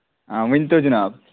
آ ؤنۍ تو جِناب